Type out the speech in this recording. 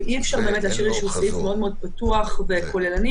ואי-אפשר להשאיר את הסעיף פתוח וכוללני